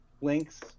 links